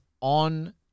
on